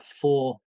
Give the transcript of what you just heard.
four